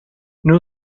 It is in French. nous